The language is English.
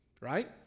Right